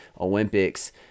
Olympics